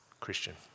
Christian